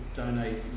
donate